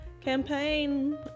Campaign